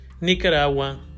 Nicaragua